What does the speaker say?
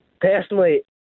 personally